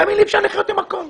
תאמין לי, אפשר לחיות במקום.